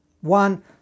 One